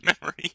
memory